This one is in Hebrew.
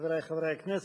חברי חברי הכנסת,